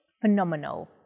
phenomenal